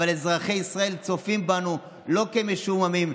אבל אזרחי ישראל צופים בנו לא כמשועממים,